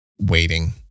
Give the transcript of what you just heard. waiting